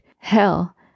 Hell